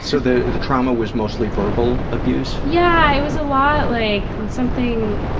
so the, the trauma was mostly verbal abuse? yeah. it was a lot like, something,